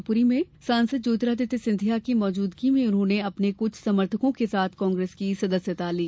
शिवपुरी में सांसद ज्योतिरादित्य सिंधिया की मौजूदगी में उन्होंने अपने कुछ समर्थकों के साथ कांग्रेस की सदस्यता ली